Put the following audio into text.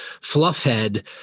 Fluffhead